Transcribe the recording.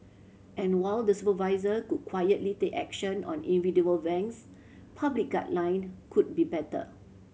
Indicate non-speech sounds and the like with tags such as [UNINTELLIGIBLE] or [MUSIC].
and while the supervisor could quietly take action on individual [UNINTELLIGIBLE] public guideline could be better